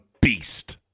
beast